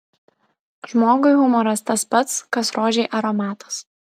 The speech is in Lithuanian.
žmogui humoras tas pat kas rožei aromatas